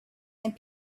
and